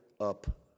Up